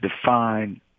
define